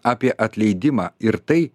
apie atleidimą ir tai